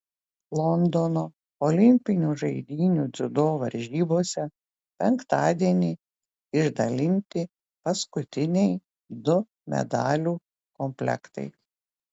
londono olimpinių žaidynių dziudo varžybose penktadienį išdalinti paskutiniai du medalių komplektai